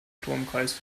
stromkreis